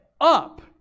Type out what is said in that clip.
up